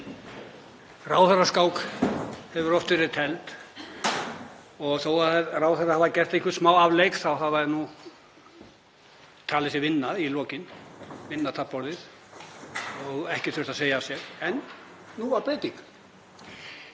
Ráðherraskák hefur oft verið tefld og þó að ráðherrar hafi gert einhvern smá afleik þá hafa þeir nú talið sig vinna í lokin, vinna taflborðið og ekki þurft að segja af sér. En nú varð breyting.